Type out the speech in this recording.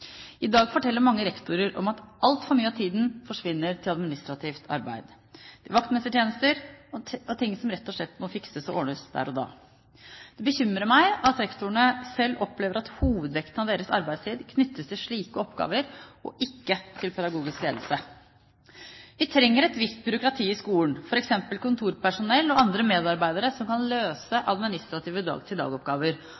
I dag forteller mange rektorer at altfor mye av tiden forsvinner til administrativt arbeid, vaktmestertjenester og ting som rett og slett må fikses der og da. Det bekymrer meg at rektorene selv opplever at hovedvekten av deres arbeidstid knyttes til slike oppgaver og ikke til pedagogisk ledelse. Vi trenger et visst byråkrati i skolen, f.eks. kontorpersonell og andre medarbeidere som kan